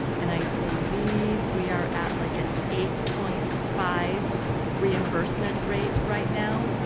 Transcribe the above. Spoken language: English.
and i believe we are at, like, an eight point five reimbursement rate right now.